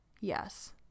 Yes